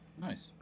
Nice